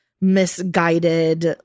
misguided